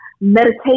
meditation